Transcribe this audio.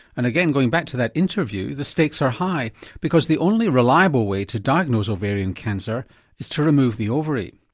and again going back to that interview, the stakes are high because the only reliable way to diagnose ovarian cancer is to remove the ovary.